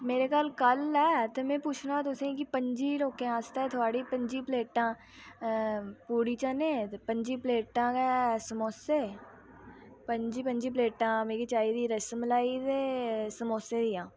मेरे घर कल ऐ ऐ ते में पुच्छना तुसें गी कि पं'जी लोकें आस्तै थुआढ़ी पं'जी प्लेटां पूड़ी चने ते पं'जी प्लेटां गै समोसे पं'जी पं'जी प्लेटां मिगी चाहिदी रसमलाई ते समोसे दियां